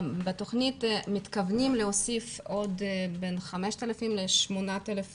בתוכנית מתכוונים להוסיף עוד בין 5,000 ל-8,000 מחשבים.